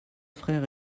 frères